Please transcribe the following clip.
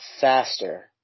faster